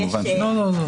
כמובן שלא.